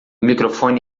microfone